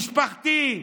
משפחתי,